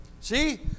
See